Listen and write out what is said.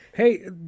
Hey